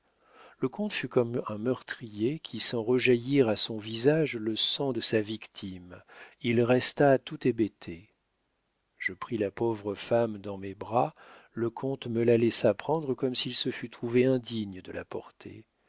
le comte fut comme un meurtrier qui sent jaillir à son visage le sang de sa victime il resta tout hébété je pris la pauvre femme dans mes bras le comte me la laissa prendre comme s'il se fût trouvé indigne de la porter